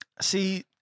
See